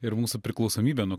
ir mūsų priklausomybė nuo